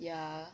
ya